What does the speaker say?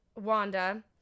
Wanda